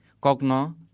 kokno